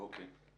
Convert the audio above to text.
אוקיי.